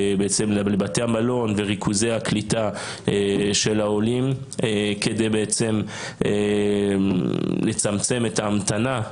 לבתי המלון וריכוזי הקליטה של העולים כדי בעצם לצמצם את ההמתנה.